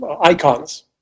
icons